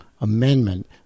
amendment